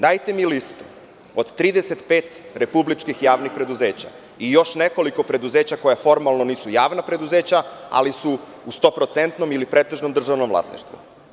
Dajte mi listu od 35 republičkih javnih preduzeća i još nekoliko preduzeća koja formalno nisu javna preduzeća, ali su u stoprocentnom ili pretežno u državnom vlasništvu.